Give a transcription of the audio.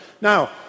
Now